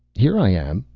here i am,